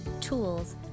tools